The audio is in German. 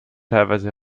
teilweise